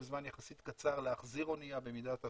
זמן יחסית קצר להחזיר אנייה במידת הצורך,